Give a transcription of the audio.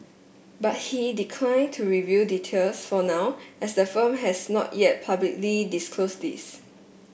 but he declined to reveal details for now as the firm has not yet publicly disclosed these